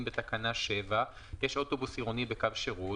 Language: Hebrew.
בתקנה 7 יש אוטובוס עירוני בקו שירות,